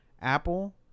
apple